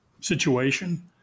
situation